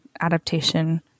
adaptation